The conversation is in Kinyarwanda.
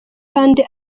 kandi